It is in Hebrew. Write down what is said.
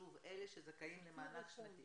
שוב, אלה שזכאים למענק שנתי.